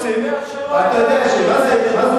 אתה יודע שלא היתה ואתה יודע שלא תהיה,